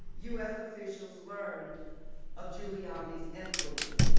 u s. officials learned of giuliani's influence.